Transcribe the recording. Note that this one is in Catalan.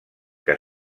que